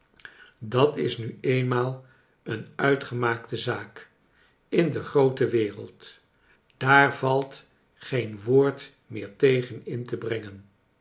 dat is nu eenmaal een uitgemaakte zaak in de groote wereld daar valt geen woord meer tegen in te brengen